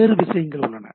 வேறு விஷயங்கள் உள்ளன